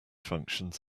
functions